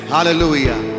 Hallelujah